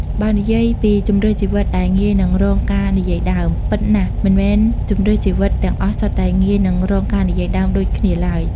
បើនិយាយពីជម្រើសជីវិតដែលងាយនឹងរងការនិយាយដើម ពិតណាស់មិនមែនជម្រើសជីវិតទាំងអស់សុទ្ធតែងាយនឹងរងការនិយាយដើមដូចគ្នាឡើយ។